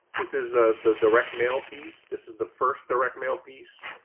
this is the direct mail piece. this is the first direct mail piece.